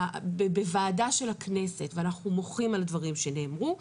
בוועדה של הכנסת ואנחנו מוחים על הדברים שאמרו.